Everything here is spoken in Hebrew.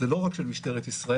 זה לא רק של משטרת ישראל,